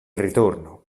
ritorno